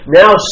now